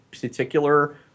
particular